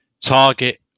target